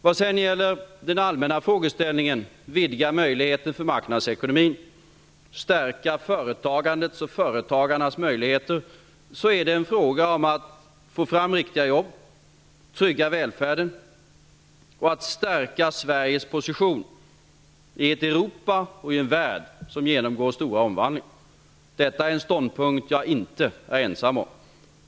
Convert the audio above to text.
Vad gäller den allmänna frågeställningen, dvs. hur man skall vidga möjligheten för marknadsekonomin och stärka företagandets och företagarnas möjligheter, kan jag säga följande: Det är en fråga om att få fram riktiga jobb, trygga välfärden och att stärka Sveriges position i ett Europa och i en värld som genomgår stora omvandlingar. Detta är en ståndpunkt jag inte är ensam om.